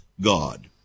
God